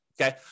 okay